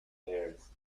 pairs